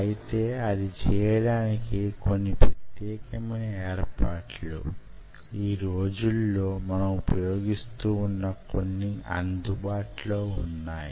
అయితే అది చేయడానికి కొన్ని ప్రత్యేకమైన ఏర్పాట్లు యీ రోజుల్లో మనం ఉపయోగిస్తూ వున్న కొన్ని అందుబాటు లో వున్నాయి